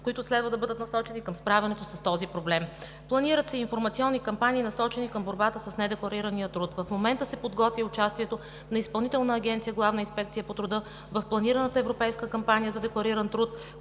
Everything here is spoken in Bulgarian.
които следва да бъдат насочени към справянето с този проблем. Планират се и информационни кампании, насочени към борбата с недекларирания труд. В момента се подготвя участието на Изпълнителна агенция „Главна инспекция по труда“ в планираната европейска кампания за деклариран труд,